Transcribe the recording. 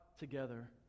together